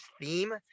theme